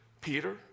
Peter